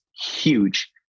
huge